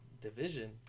division